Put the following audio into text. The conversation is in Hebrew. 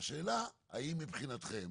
השאלה האם מבחינתכם